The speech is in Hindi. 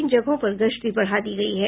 इन जगहों पर गश्ती बढ़ा दी गयी है